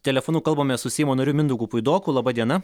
telefonu kalbamės su seimo nariu mindaugu puidoku laba diena